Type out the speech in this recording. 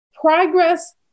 progress